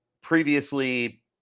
previously